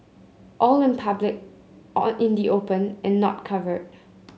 all in public in the open and not covered